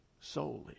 solely